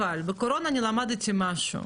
אבל בקורונה למדתי משהו,